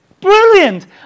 brilliant